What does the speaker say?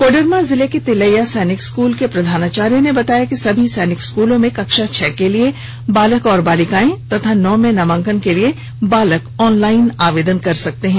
कोडरमा जिले के तिलैया सैनिक स्कूल के प्रधानाचार्य ने बताया कि सभी सैनिक स्कूलों में कक्षा छह के लिए बालक और बालिकाएं और नौ में नामांकन के लिए बालक ऑनलाइन आवेदन कर सकते हैं